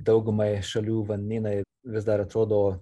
daugumai šalių vandenynai vis dar atrodo